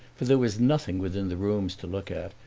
for there was nothing within the rooms to look at,